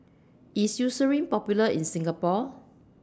IS Eucerin Popular in Singapore